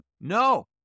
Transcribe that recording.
No